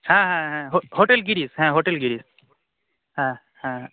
হ্যাঁ হ্যাঁ হ্যাঁ হো হোটেল গিরিশ হ্যাঁ হোটেল গিরিশ হ্যাঁ হ্যাঁ